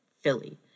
Philly